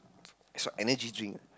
is what energy drink ah